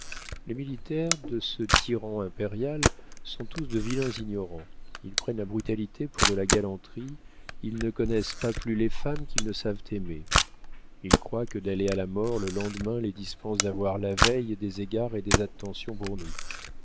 les militaires de ce tyran impérial sont tous de vilains ignorants ils prennent la brutalité pour de la galanterie ils ne connaissent pas plus les femmes qu'ils ne savent aimer ils croient que d'aller à la mort le lendemain les dispense d'avoir la veille des égards et des attentions pour nous